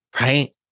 right